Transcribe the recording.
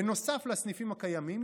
נוסף לסניפים הקיימים,